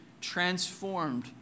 transformed